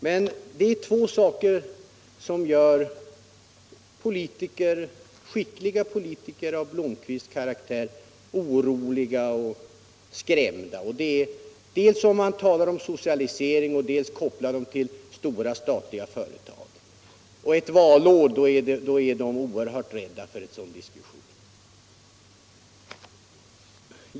Men det är två saker som gör skickliga politiker av Blomkvists karaktär oroliga och skrämda. Det är dels när man talar om att regeringen vill socialisera, dels gör en koppling mellan socialdemokrater och stora, statliga företag. I ett valår är de oerhört rädda för en sådan diskussion.